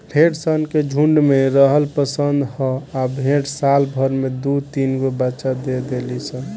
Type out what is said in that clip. भेड़ सन के झुण्ड में रहल पसंद ह आ भेड़ साल भर में दु तीनगो बच्चा दे देली सन